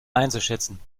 einzuschätzen